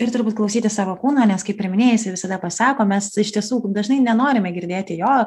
ir turbūt klausyti savo kūno nes kaip ir minėjai jisai visada pasako mes iš tiesų dažnai nenorime girdėti jo